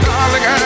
Darling